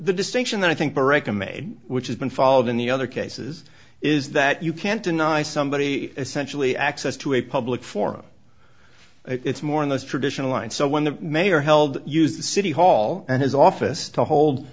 the distinction that i think eric a made which has been followed in the other cases is that you can't deny somebody essentially access to a public forum it's more of those traditional lines so when the mayor held use the city hall and his office to hold